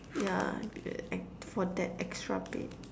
yeah ex~ for that extra bed